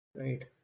Right